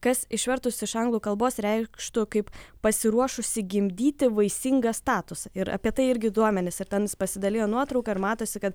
kas išvertus iš anglų kalbos reikštų kaip pasiruošusi gimdyti vaisingą statusą ir apie tai irgi duomenis ir ten jis pasidalijo nuotrauka ir matosi kad